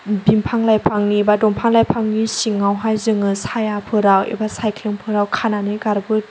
बिफां लाइफांनि बा दंफां लाइफांनि सिङावहाय जोङो सायाफोराव बा सायख्लुमफोराव खानानै गारबोथ'यो